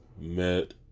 Met